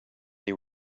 they